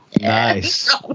Nice